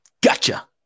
gotcha